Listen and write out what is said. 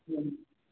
હં